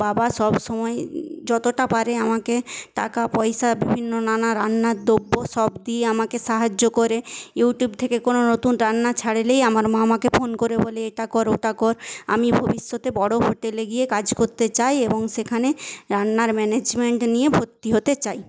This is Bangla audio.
বাবা সবসময় যতটা পারে আমাকে টাকা পয়সা বিভিন্ন নানা রান্নার দ্রব্য সব দিয়ে আমাকে সাহায্য করে ইউটিউব থেকে কোনো নতুন রান্না ছাড়লেই আমার মা আমাকে ফোন করে বলে এটা কর ওটা কর আমি ভবিষ্যতে বড়ো হোটেলে গিয়ে কাজ করতে চাই এবং সেখানে রান্নার ম্যানেজমেন্ট নিয়ে ভর্তি হতে চাই